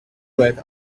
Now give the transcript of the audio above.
with